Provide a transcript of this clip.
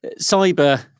cyber